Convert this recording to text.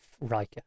Riker